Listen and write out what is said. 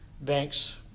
banks